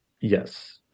yes